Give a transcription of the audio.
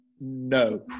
no